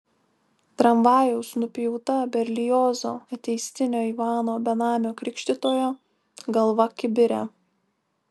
tramvajaus nupjauta berliozo ateistinio ivano benamio krikštytojo galva kibire